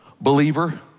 Believer